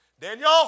Daniel